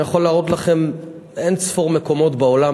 אני יכול להראות לכם אין-ספור מקומות בעולם,